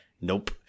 Nope